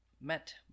met